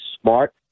smart